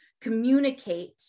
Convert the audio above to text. communicate